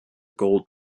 gold